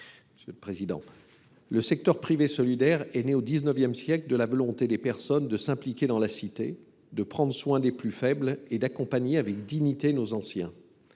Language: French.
n° 478 rectifié. Le secteur privé solidaire est né au XIX siècle de la volonté de s’impliquer dans la cité, de prendre soin des plus faibles et d’accompagner avec dignité nos anciens.